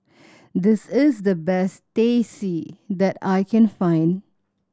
this is the best Teh C that I can find